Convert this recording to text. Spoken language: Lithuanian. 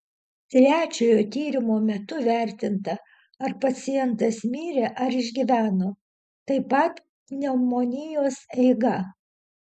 trečiojo tyrimo metu vertinta ar pacientas mirė ar išgyveno taip pat pneumonijos eiga